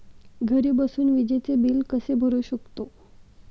घरी बसून विजेचे बिल कसे भरू शकतो?